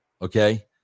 Okay